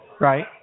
Right